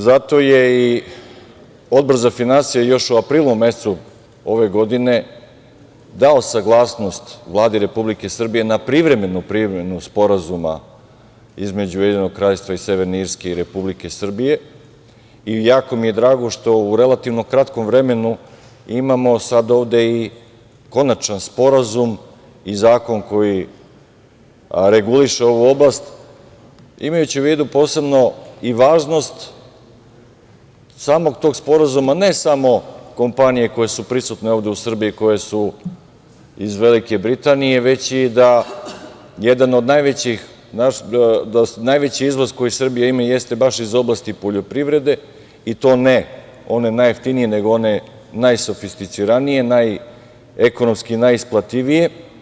Zato je i Odbor za finansije još u aprilu mesecu ove godine, dao saglasnost Vladi Republike Srbije na privremenu primenu sporazuma između Ujedinjenog Kraljevstva i Severne Irske i Republike Srbije i jako mi je drago što u relativno kratkom vremenu imamo sada ovde i konačan sporazum i zakon koji reguliše ovu oblast, imajući u vidu posebno i važnost samog tog sporazuma, ne samo kompanije koje su prisutne ovde u Srbiji, koje su iz Velike Britanije, već i da jedan od najvećih izvoza koje Srbija ima jeste baš iz oblasti poljoprivrede, i to ne one najjeftinije, nego one najsofistiricanije, ekonomski najisplativije.